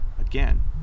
Again